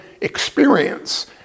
experience